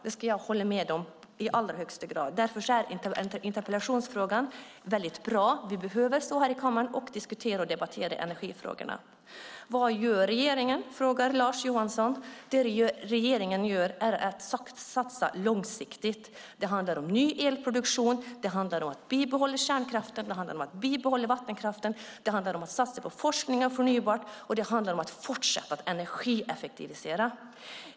Det ska jag hålla med om i allra högsta grad. Därför är interpellationen väldigt bra. Vi behöver diskutera och debattera energifrågorna här i kammaren. Vad gör regeringen, frågar Lars Johansson. Det regeringen gör är att satsa långsiktigt. Det handlar om ny elproduktion. Det handlar om att bibehålla kärnkraften. Det handlar om att bibehålla vattenkraften. Det handlar om att satsa på forskning om förnybar energi och det handlar om att fortsätta att energieffektivisera.